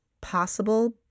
possible